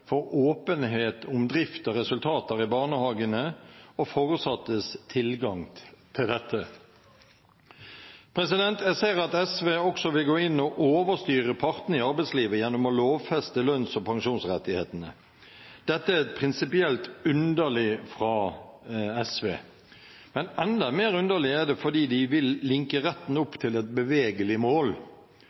for åpenhet om drift og resultater i barnehagene og foresattes tilgang til dette. Jeg ser at SV også vil gå inn og overstyre partene i arbeidslivet gjennom å lovfeste lønns- og pensjonsrettighetene. Dette er prinsipielt underlig fra SVs side. Men enda mer underlig er det fordi de vil «linke» retten opp til et bevegelig mål.